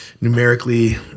Numerically